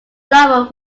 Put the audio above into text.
lover